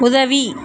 உதவி